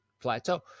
plateau